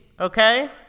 Okay